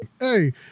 Hey